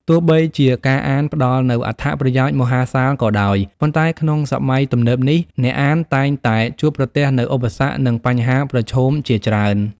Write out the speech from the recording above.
ទោះបីជាការអានផ្ដល់នូវអត្ថប្រយោជន៍មហាសាលក៏ដោយ ប៉ុន្តែក្នុងសម័យទំនើបនេះ អ្នកអានតែងតែជួបប្រទះនូវឧបសគ្គ និងបញ្ហាប្រឈមជាច្រើន។